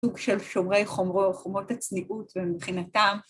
סוג של שומרי חומות, חומות הצניעות ומבחינתם.